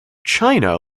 china